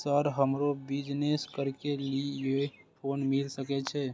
Sir हमरो business करके ली ये लोन मिल सके छे?